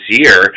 year